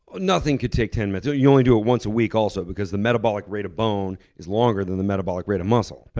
nothing could take ten minutes. but so you only do it once a week, also, because the metabolic rate of bone is longer than the metabolic rate of muscle. but